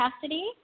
Cassidy